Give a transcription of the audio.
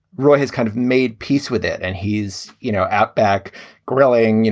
roy has kind of made peace with it and he's, you know, outback grilling, you